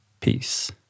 Peace